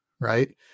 right